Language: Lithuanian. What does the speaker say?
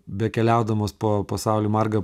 bekeliaudamas po pasaulį margą